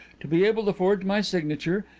to be able to forge my signature,